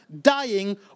dying